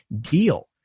deal